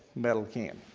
metal can.